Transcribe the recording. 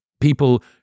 People